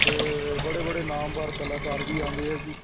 ਅਤੇ ਬੜੇ ਬੜੇ ਨਾਮਵਾਰ ਕਲਾਕਾਰ ਵੀ ਆਉਂਦੇ ਆ ਜੀ